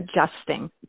adjusting